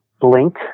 blink